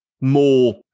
more